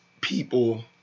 people